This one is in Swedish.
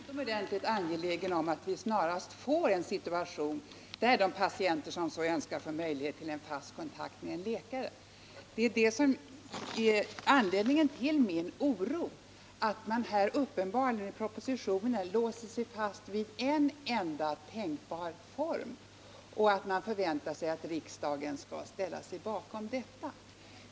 Herr talman! Jag är förvisso utomordentligt angelägen om att vi snarast får en situation där de patienter som så önskar får möjlighet till en fast kontakt med en läkare. Anledningen till min oro är att man i propositionen uppenbarligen låser sig fast vid en enda tänkbar form och förväntar sig att riksdagen skall ställa sig bakom denna.